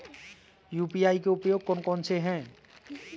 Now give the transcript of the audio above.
UPI के उपयोग कौन कौन से हैं?